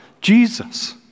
Jesus